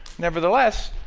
nevertheless,